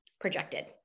projected